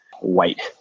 white